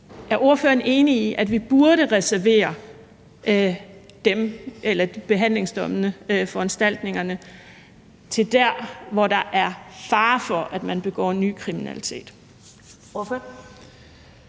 Er ordføreren enig i, at vi burde reservere de behandlingsdomme og foranstaltninger til der, hvor der er fare for, at man begår ny kriminalitet?